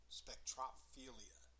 spectrophilia